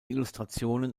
illustrationen